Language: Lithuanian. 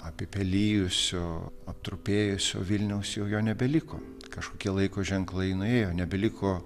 apipelijusio aptrupėjusio vilniaus jau jo nebeliko kažkokie laiko ženklai nuėjo nebeliko